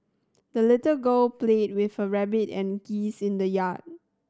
the little girl played with her rabbit and geese in the yard